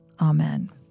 Amen